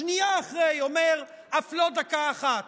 שנייה אחרי אומר: אף לא דקה אחת.